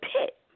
pit